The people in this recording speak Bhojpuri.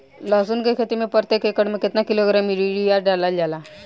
लहसुन के खेती में प्रतेक एकड़ में केतना किलोग्राम यूरिया डालल जाला?